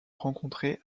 rencontrer